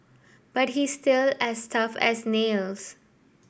but he's still as tough as nails